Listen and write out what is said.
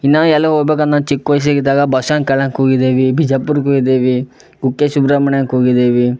ಇನ್ನು ಎಲ್ಲಿ ಹೋಗ್ಬೇಕನ್ ನಾನು ಚಿಕ್ಕ ವಯಸ್ಸಿಗಿದ್ದಾಗ ಬಸವನ ಕಲ್ಯಾಣ್ಕೆ ಹೋಗಿದ್ದೇವೆ ಬಿಜಾಪುರ್ಕೆ ಹೋಗಿದ್ದೇವೆ ಕುಕ್ಕೆ ಸುಬ್ರಹ್ಮಣ್ಯಕ್ಕೆ ಹೋಗಿದ್ದೇವೆ